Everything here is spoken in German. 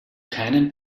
keinem